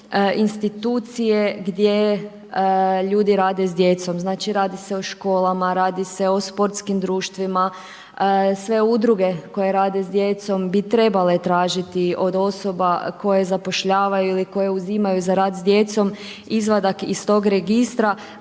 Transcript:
institucije gdje ljudi rade s djecom. Znači radi se o školama, radi se o sportskim društvima, sve udruge koje rade s djecom bi trebale tražiti od osoba koje zapošljavaju ili koje uzimaju za rad s djecom izvadak iz tog registra